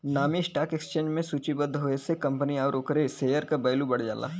नामी stock exchange में सूचीबद्ध होये से कंपनी आउर ओकरे शेयर क वैल्यू बढ़ जाला